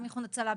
גם איחוד הצלה,